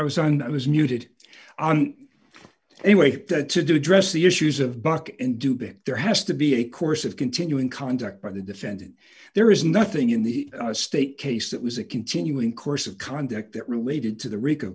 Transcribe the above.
i was on i was muted on a way to do address the issues of buck and dubin there has to be a course of continuing conduct by the defendant there is nothing in the state case that was a continuing course of conduct that related to the rico